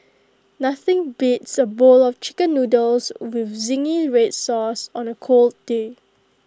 nothing beats A bowl of Chicken Noodles with Zingy Red Sauce on A cool day